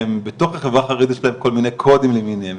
בתוך החברה החרדית יש להם כל מיני קודים למיניהם,